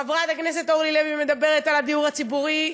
חברת הכנסת אורלי לוי מדברת על הדיור הציבורי.